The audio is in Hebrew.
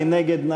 מי נגד?